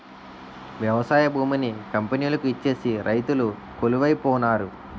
వ్యవసాయ భూమిని కంపెనీలకు ఇచ్చేసి రైతులు కొలువై పోనారు